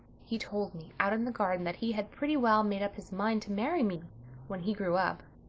he told me out in the garden that he had pretty well made up his mind to marry me when he grew up.